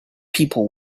people